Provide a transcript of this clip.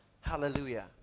Hallelujah